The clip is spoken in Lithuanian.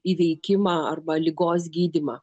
įveikimą arba ligos gydymą